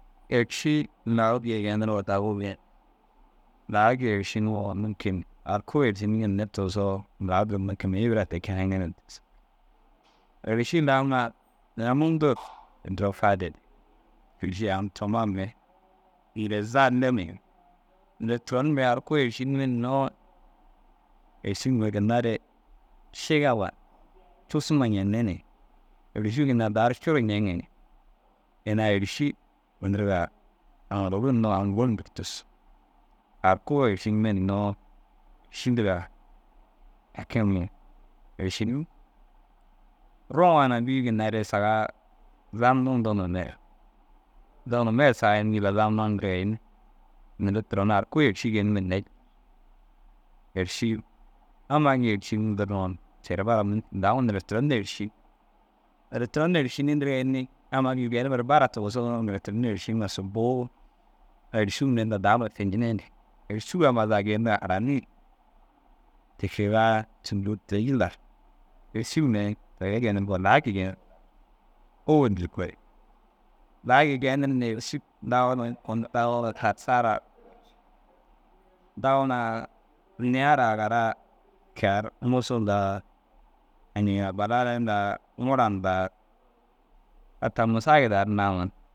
Êriši lau gii genuroo dagu ru ye, laa gii êrišinûŋoo mûnkin a kui ru êriši ni hinne tigisoo daa dun ebira te ke haŋire tigisig. Êriši lau ŋa ina mundur duro fahid. Êriši aŋ turoma mire illa zalle ni noore turon mire ai kuru êrišime hinnoo. Êriši mire ginna re šigewa cussu ma ñeni ni êrišuu ginna daar curuu ñeegi ni. Ina « êriši » ndirgaa ã guru noo, ã guru bur cussu. Are kui êriši nime hinnoo êrši indiga hakim ni êrsinim rûŋana bîyoo ginna saga zamnig zamnumer saga in jillar zamniŋga ini. Noore turon ar kui êrši genimme hinne. Êrši amma gii êršim diriŋoo ter bara daŋuu noore turon êršini. Noore turon na « êršini » ndirgaa înni amma gii genuma bara tigisoo, noore turon na êrši ŋa subuu êršuu mire inda daama fiñi nêni. Êršuu amma za daama gêyindiga harani ni te kegaa. Subuu te jillar êrši mire toore genirgoo laa gii genirg. Ôwel dir ko re laa gii genir ni dagoo sahara dagoo na niĩya ara agara kear musuu ndaa jemena bolalay ndaa, ŋûra ndaa hata mûsaagid ar nawu ndaa